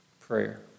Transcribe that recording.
Prayer